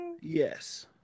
Yes